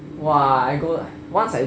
!wah! I go once I